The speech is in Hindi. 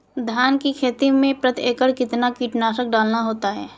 धान की खेती में प्रति एकड़ कितना कीटनाशक डालना होता है?